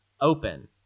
open